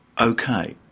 okay